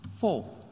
Four